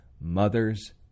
mother's